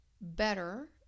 better